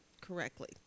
correctly